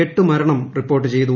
എട്ട് മരണം റിപ്പോർട്ട് ചെയ്തു